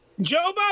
Joe